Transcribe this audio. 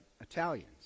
Italians